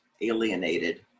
alienated